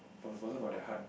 from the bottom of their heart